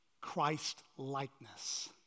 Christ-likeness